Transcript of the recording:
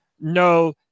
no